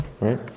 right